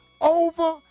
over